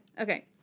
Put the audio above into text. Okay